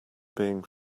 being